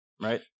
right